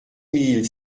mille